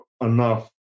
enough